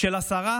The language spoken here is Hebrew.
של השרה?